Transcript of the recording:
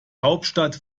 hauptstadt